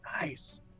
Nice